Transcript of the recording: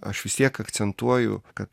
aš vis tiek akcentuoju kad